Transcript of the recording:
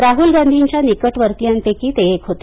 राहुल गांधींच्या निकटत्वर्तीयांपैकी ते एक होते